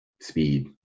speed